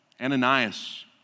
Ananias